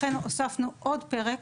לכן הוספנו עוד פרק,